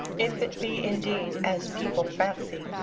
if it be indeed, as people fancy,